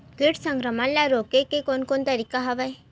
कीट संक्रमण ल रोके के कोन कोन तरीका हवय?